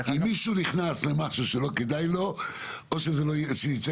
אם מישהו נכנס למשהו שלא כדאי לו אז או שזה ייצא